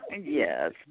Yes